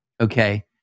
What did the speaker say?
Okay